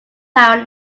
power